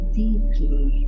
deeply